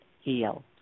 heal